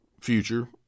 future